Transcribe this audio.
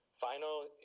final